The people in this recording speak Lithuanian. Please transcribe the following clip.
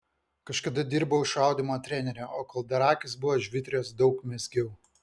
kažkada dirbau šaudymo trenere o kol dar akys buvo žvitrios daug mezgiau